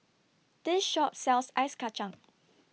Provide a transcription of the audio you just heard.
This Shop sells Ice Kachang